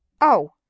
Oh